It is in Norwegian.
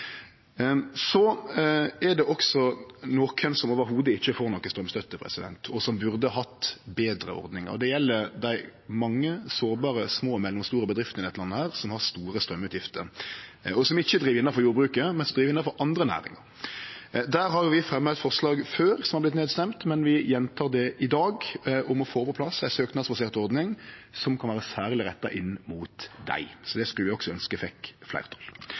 det. Det er også nokon som overhovudet ikkje får noka straumstøtte, og som burde hatt betre ordningar. Det gjeld dei mange sårbare små og mellomstore bedriftene i dette landet her som har store straumutgifter, og som ikkje driv innanfor jordbruket, men innanfor andre næringar. Der har vi fremja eit forslag før som har vorte nedstemt, om å få på plass ei søknadsbasert ordning som kan vere særleg retta inn mot dei, men vi gjentek det i dag. Det skulle vi også ønske fekk fleirtal.